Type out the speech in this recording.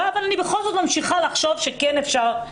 אבל אני כל זאת ממשיכה לחשוב שכן אפשר.